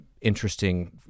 interesting